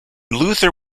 luther